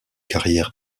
carrière